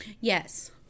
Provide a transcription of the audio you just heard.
Yes